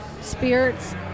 spirits